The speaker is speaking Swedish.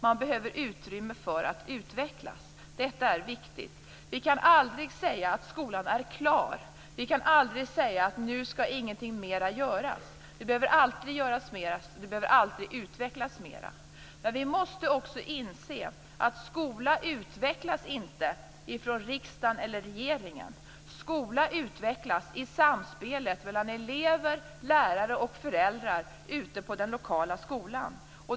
Man behöver utrymme för att utvecklas. Detta är viktigt. Vi kan aldrig säga att skolan är färdig. Vi kan aldrig säga att ingenting mer skall göras. Det behöver alltid göras mera, och det behöver alltid utvecklas mera. Men vi måste också inse att skola utvecklas inte från riksdagen eller regeringen. Skola utvecklas i samspelet mellan elever, lärare och föräldrar ute på den lokala skolan.